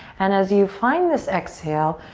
and as you find this exhale,